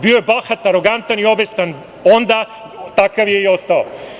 Bio je bahat, arogantan i obestan onda, takav je i ostao.